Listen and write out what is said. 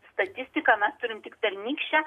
statistika mes turim tik pernykštę